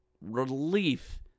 relief